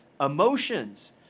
emotions